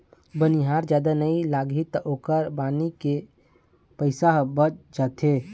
बनिहार जादा नइ लागही त ओखर बनी के पइसा ह बाच जाथे